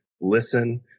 listen